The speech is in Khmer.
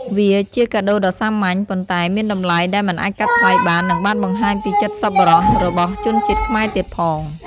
វាជាកាដូដ៏សាមញ្ញ ប៉ុន្តែមានតម្លៃដែលមិនអាចកាត់ថ្លៃបាន និងបានបង្ហាញពីចិត្តសប្បុរសរបស់ជនជាតិខ្មែរទៀតផង។